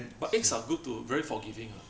but eggs are good to very forgiving ah